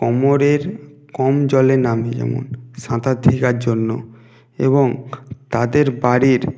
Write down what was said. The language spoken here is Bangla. কমরের কম জলে নামে যেমন সাঁতার শেখার জন্য এবং তাদের বাড়ির